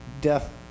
death